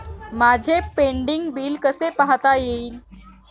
माझे pending bill कसे पाहता येईल?